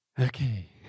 Okay